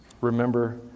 remember